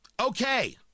okay